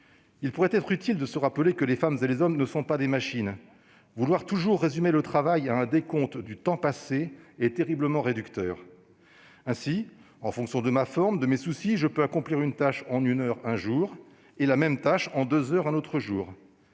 Il pourrait être utile de se rappeler que les femmes et les hommes ne sont pas des machines. Vouloir toujours résumer le travail à un décompte du temps passé au travail est terriblement réducteur. Ainsi, en fonction de sa forme et de ses soucis, un salarié peut un jour accomplir une tâche en une heure, et en deux heures un autre jour.